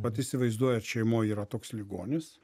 vat įsivaizduojat šeimoj yra toks ligonis